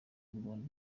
imbunda